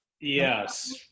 Yes